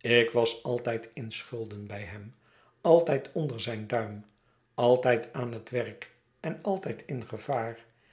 ik was altijd in schulden bij hem altijd onder zijn duim altijd aan het werk en altijd in gevaar